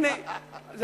הנה, זה